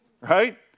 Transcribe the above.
right